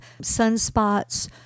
sunspots